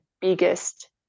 biggest